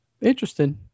interesting